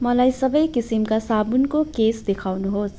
मलाई सबै किसिमका साबुनको केस देखाउनुहोस्